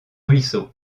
ruisseaux